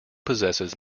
possesses